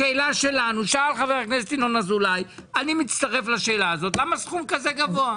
שאל חבר הכנסת אזולאי ואני מצטרף למה סכום כזה גבוה?